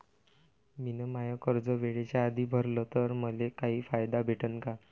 मिन माय कर्ज वेळेच्या आधी भरल तर मले काही फायदा भेटन का?